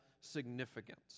significance